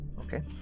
Okay